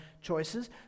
choices